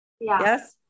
Yes